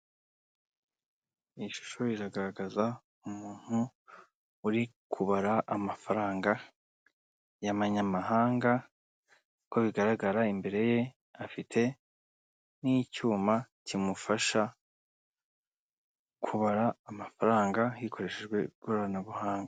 Iyi shusho iragaragaza umuntu uri kubara amafaranga y'amanyamahanga, uko bigaragara imbere ye afite n'icyuma kimufasha kubara amafaranga, hikoreshejwe ikoranabuhanga.